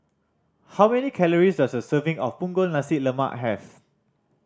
how many calories does a serving of Punggol Nasi Lemak have